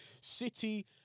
City